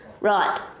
right